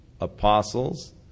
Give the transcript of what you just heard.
apostles